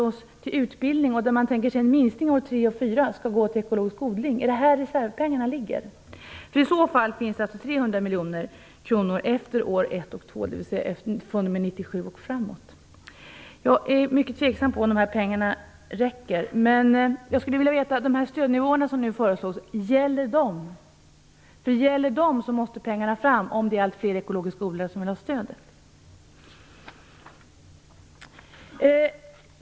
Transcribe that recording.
Vad gäller utbildningen har man nämligen tänkt sig en minskning år tre och fyra. Jag skulle vilja ha jordbruksministerns klargörande på den här punkten. Är det här reservpengarna ligger? I så fall finns det 300 miljoner kronor efter år ett och två, dvs. fr.o.m. 1997 och framåt. Jag är mycket tveksam till om dessa pengar räcker. Gäller de stödnivåer som nu föreslås? Om de gäller måste pengarna fram, om allt fler ekologiska odlare vill ha detta stöd.